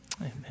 Amen